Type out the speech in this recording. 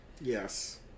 Yes